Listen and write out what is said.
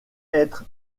être